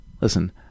listen